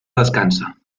descansa